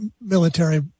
military